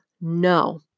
no